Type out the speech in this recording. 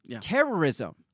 terrorism